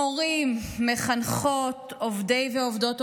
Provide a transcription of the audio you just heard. מורים, מחנכות, עובדי ועובדות הוראה,